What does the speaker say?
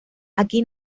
aquí